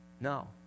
No